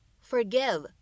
forgive